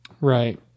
Right